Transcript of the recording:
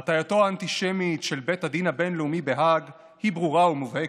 הטייתו האנטישמית של בית הדין הבין-לאומי בהאג היא ברורה ומובהקת.